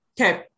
Okay